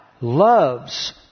loves